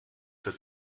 für